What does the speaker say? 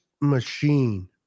machine